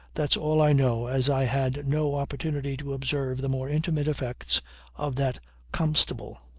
that's all i know as i had no opportunity to observe the more intimate effects of that comestible.